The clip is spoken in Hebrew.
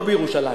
לא בירושלים,